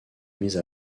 mise